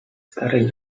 stary